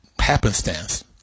happenstance